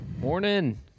Morning